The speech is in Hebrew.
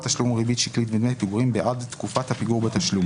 תשלום ריבית שקלית ודמי פיגורים בעד תקופת הפיגור בתשלום